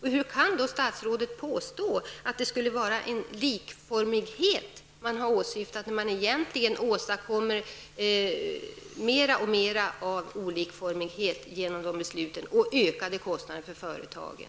Hur kan statsrådet påstå att det skulle vara likformighet man har åsyftat, när man egentligen åstadkommit mer och mer av olikformighet och ökade kostnader för företagen?